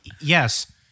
Yes